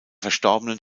verstorbenen